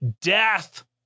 Death